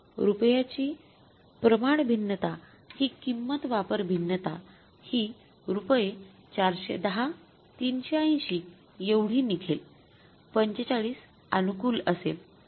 रुपयाची प्रमाण भिन्नता हि किंमत वापर भिन्नता हि रुपये ४१० ३८० एवढी निघेल 45 अनुकूल असेल